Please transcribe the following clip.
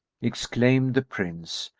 exclaimed the prince,